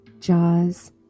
jaws